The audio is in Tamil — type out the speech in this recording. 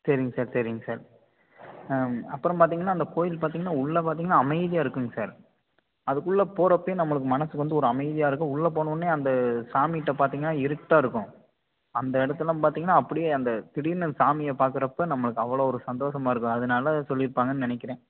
சரிங்க சார் சரிங்க சார் அ அப்புறம் பார்த்தீங்கன்னா அந்த கோயில் பார்த்தீங்கன்னா உள்ளே பார்த்தீங்கன்னா அமைதியாக இருக்குதுங்க சார் அதுக்குள்ளே போகிறப்பயே நம்மளுக்கு மனதுக்கு வந்து ஒரு அமைதியாக இருக்கும் உள்ளே போனோடனயே அந்த சாமிகிட்ட பார்த்தீங்கன்னா இருட்டாகருக்கும் அந்த இடத்தெல்லாம் பார்த்தீங்கன்னா அப்படியே அந்த திடீர்னு அந்த சாமியை பார்க்குறப்ப நம்மளுக்கு அவ்வளோ ஒரு சந்தோஷமா இருக்கும் அதனால் அது சொல்லியிருப்பாங்கன்னு நினைக்கிறேன்